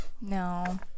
No